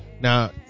Now